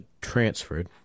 transferred